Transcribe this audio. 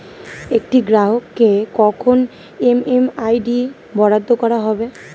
একটি গ্রাহককে কখন এম.এম.আই.ডি বরাদ্দ করা হবে?